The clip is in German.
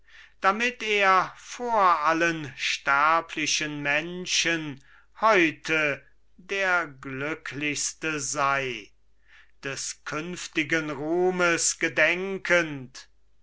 damit er vor allen sterblichen menschen heute der glücklichste sei des künftigen ruhmes gedenkend